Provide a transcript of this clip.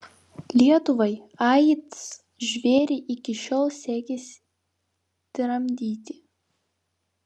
lietuvai aids žvėrį iki šiol sekėsi tramdyti